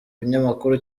binyamakuru